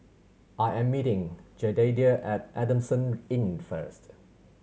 I am meeting Jedediah at Adamson Inn first